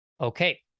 Okay